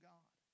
God